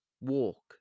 walk